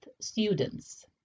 students